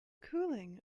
cooling